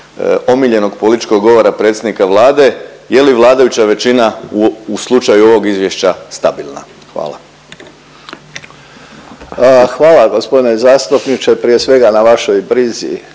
omiljenog političkog govora predsjednika Vlade, je li vladajuća većina u slučaju ovog izvješća stabilna? Hvala. **Božinović, Davor (HDZ)** Hvala gospodine zastupniče prije svega na vašoj brizi